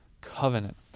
covenant